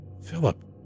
Philip